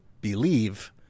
believe